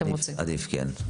עדיף, כן.